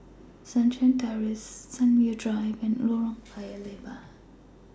Sunshine Terrace Sunview Drive and Lorong Paya Lebar